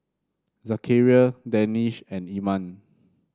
Zakaria Danish and Iman